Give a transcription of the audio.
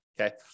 okay